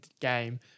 game